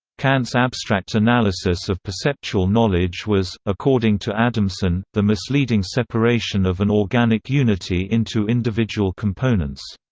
kant's abstract analysis of perceptual knowledge was, according to adamson, the misleading separation of an organic unity into individual components.